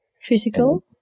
Physical